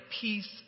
peace